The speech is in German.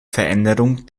veränderung